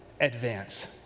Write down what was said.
advance